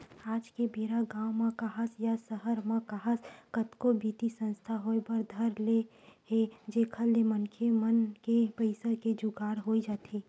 आज के बेरा गाँव म काहस या सहर म काहस कतको बित्तीय संस्था होय बर धर ले हे जेखर ले मनखे मन के पइसा के जुगाड़ होई जाथे